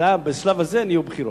ובשלב הזה נהיו בחירות.